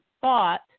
thought